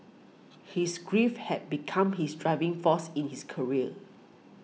his grief had become his driving force in his career